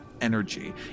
energy